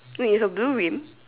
wait it's a blue rim